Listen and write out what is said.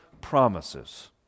promises